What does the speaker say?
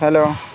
hello